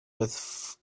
with